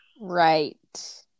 Right